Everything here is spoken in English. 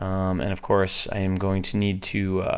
um and of course, i am going to need to,